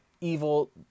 evil